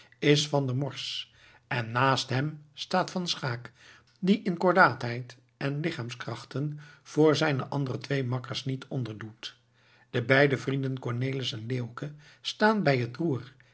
is van der morsch en naast hem staat van schaeck die in kordaatheid en lichaamskrachten voor zijne andere twee makkers niet onderdoet de beide vrienden cornelis en leeuwke staan bij het roer